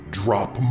drop